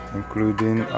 including